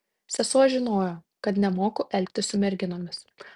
sesuo žinojo kad nemoku elgtis su merginomis